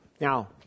Now